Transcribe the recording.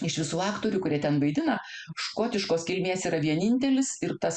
iš visų aktorių kurie ten vaidina škotiškos kilmės yra vienintelis ir tas